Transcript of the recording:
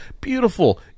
Beautiful